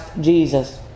Jesus